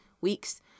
weeks